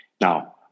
now